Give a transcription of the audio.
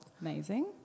Amazing